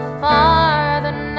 farther